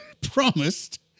promised